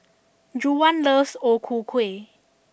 Juwan loves O Ku Kueh